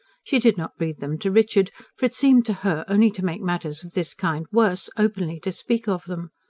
she did not breathe them to richard for it seemed to her only to make matters of this kind worse, openly to speak of them.